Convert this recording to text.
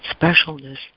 specialness